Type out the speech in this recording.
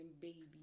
Baby